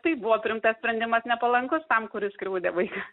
taip buvo priimtas sprendimas nepalankus tam kuris skriaudė vaiką